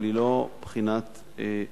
אבל היא לא בחינת בגרות,